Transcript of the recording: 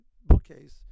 bookcase